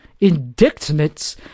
indictments